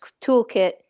Toolkit